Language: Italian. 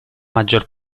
maggior